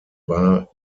war